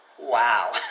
Wow